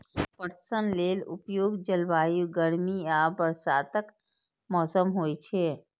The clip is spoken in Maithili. पटसन लेल उपयुक्त जलवायु गर्मी आ बरसातक मौसम होइ छै